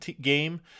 game